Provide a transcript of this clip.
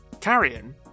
Carrion